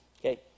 Okay